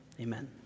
Amen